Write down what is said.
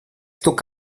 duk